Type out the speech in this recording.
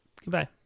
Goodbye